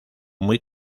muy